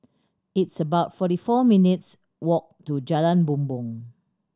it's about forty four minutes' walk to Jalan Bumbong